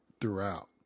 throughout